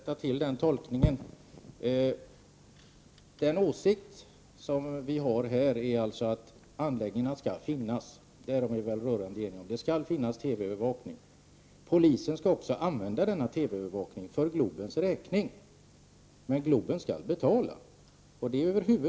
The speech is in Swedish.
Herr talman! Om det är fallet skall jag försöka att rätta till den tolkningen. Vi reservanter anser att anläggningen skall finnas, därom är vi väl rörande eniga. Det skall finnas TV-övervakning, och polisen skall också använda sig av denna TV-övervakning för Globens räkning. Men det är Globen Arena som skall betala.